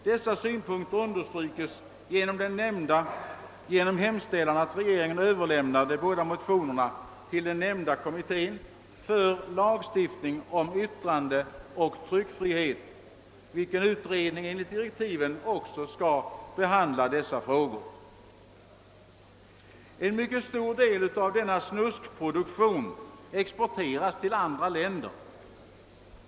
Dessa synpunkter understrykes genom hemställan att regeringen måtte överlämna de båda motionerna till den nämnda kommittén för lagstiftning om yttrandeoch tryckfrihet, vilken utredning enligt direktiven också skall behandla dessa frågor. En mycket stor del av denna snuskproduktion exporteras till andra länder.